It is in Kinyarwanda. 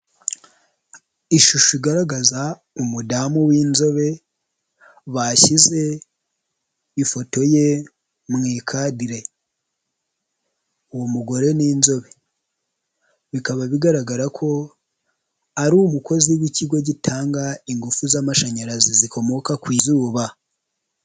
Ishusho igaragaza umudamu w'inzobe bashyize ifoto ye mu ikadire, uwo mugore ni inzobe. bikaba bigaragara ko ari umukozi w'ikigo gitanga ingufu z'amashanyarazi zikomoka ku zuba.